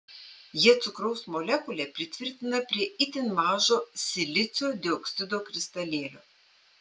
jie cukraus molekulę pritvirtina prie itin mažo silicio dioksido kristalėlio